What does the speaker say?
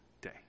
day